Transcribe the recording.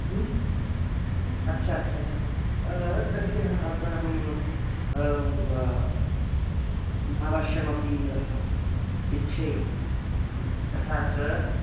इच्छा इच्छा इच्छा तर्हि अह अधुना अहं वा महाभाष्यमपि इच्छे तथा च